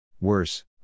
Worse